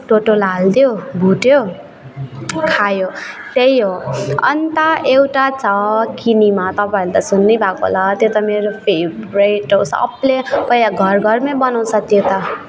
टोटोला हालिदियो भुट्यो खायो त्यही हो अनि त एउटा छ किनिमा तपाईँहरूले त सुन्नु नै भएको होला त्यो त मेरो फेभरेट हो सबले पहिला घर घरमै बनाउँछ त्यो त